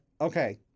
okay